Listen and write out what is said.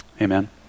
Amen